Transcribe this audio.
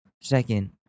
Second